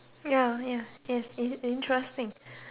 ya ya yes in~ interesting